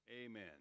Amen